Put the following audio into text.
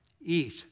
eat